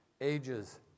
ages